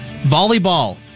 Volleyball